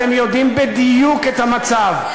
אתם יודעים בדיוק את המצב.